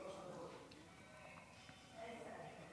עשר דקות